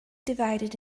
divided